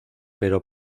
pero